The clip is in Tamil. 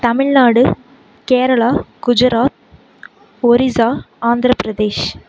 தமிழ்நாடு கேரளா குஜராத் ஒரிசா ஆந்திரப்பிரதேஷ்